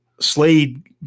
Slade